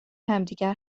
همدیگر